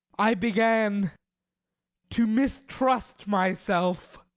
i began to mistrust myself.